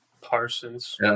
Parsons